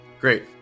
Great